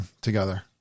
together